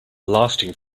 lasting